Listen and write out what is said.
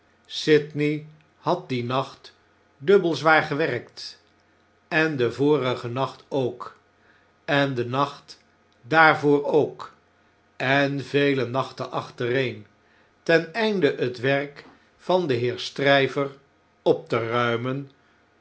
sydney had dien nacht dubbel zwaar gewerkt en den vorigen nacht ook en den nacht daarvoor ook en vele nachten achtereen ten einde het werk van den heer stryver op te ruimen